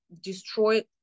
destroyed